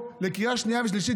לקריאה שנייה ושלישית,